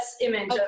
image